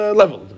level